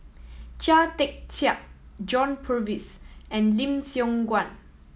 Chia Tee Chiak John Purvis and Lim Siong Guan